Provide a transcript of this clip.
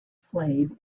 played